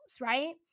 right